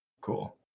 Cool